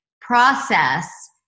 process